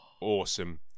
awesome